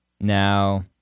Now